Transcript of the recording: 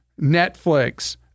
Netflix